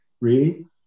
Read